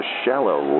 shallow